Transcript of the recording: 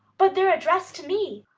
but they're addressed to me.